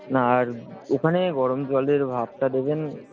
না আর ওখানে গরম জলের ভাবটা দেবেন